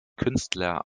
künstler